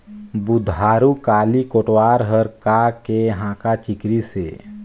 बुधारू काली कोटवार हर का के हाँका चिकरिस हे?